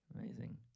Amazing